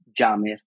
Jamir